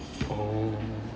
orh